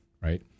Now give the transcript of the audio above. Right